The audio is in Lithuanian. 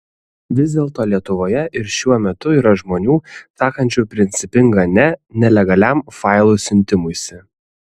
vis dėlto lietuvoje ir šiuo metu yra žmonių sakančių principingą ne nelegaliam failų siuntimuisi